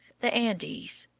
the andes.